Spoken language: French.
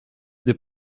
des